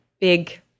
big